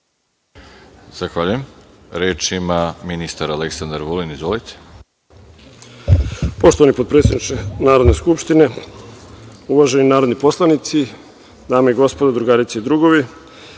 Zahvaljujem. Reč ima ministar Aleksandar Vulin. **Aleksandar Vulin** Poštovani potpredsedniče Narodne skupštine, uvaženi narodni poslanici, dame i gospodo, drugarice i drugovi,